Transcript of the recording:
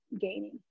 gaining